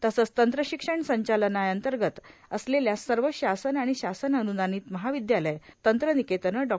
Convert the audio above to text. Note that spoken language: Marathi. तसंच तंत्रशिक्षण संचालनालयाअंतर्गत असलेल्या सर्व शासन आणि शासनअन्दानित महाविद्यालयं तंत्रनिकेतन डॉ